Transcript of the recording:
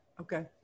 Okay